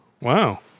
Wow